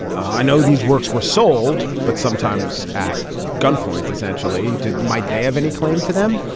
i know these works were sold but sometimes at gunpoint essentially did might they have any claim to them